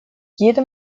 jede